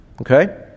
okay